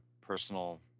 personal